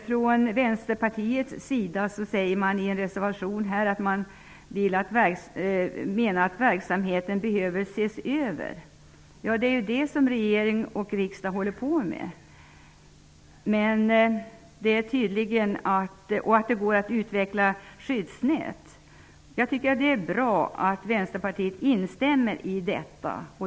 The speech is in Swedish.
Från Vänsterpartiets sida säger man i en reservation att verksamheten behöver ses över. Det är ju det som regeringen och riksdagen håller på med. Man säger också att det går att utveckla skyddsnät. Jag tycker att det är bra att Vänsterpartiet instämmer i detta.